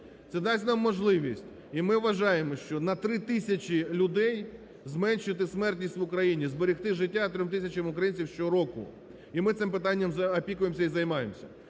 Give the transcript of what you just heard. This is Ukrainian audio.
Це дасть нам можливість, і ми вважаємо, що на 3 тисячі людей зменшити смертність в Україні, зберегти життя 3 тисячам українцям щороку. І ми цим питанням опікуємося і займаємося.